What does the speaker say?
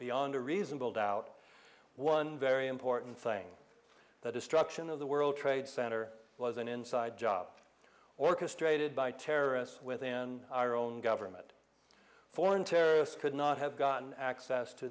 beyond a reasonable doubt one very important thing that destruction of the world trade center was an inside job orchestrated by terrorists within our own government foreign terrorists could not have gotten access to